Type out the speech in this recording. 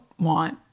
want